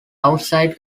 outside